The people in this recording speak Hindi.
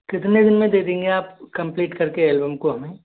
कितने दिन में दे देंगे आप कम्प्लीट कर के एल्बम को हमें